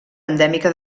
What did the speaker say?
endèmica